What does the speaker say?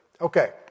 Okay